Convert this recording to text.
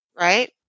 right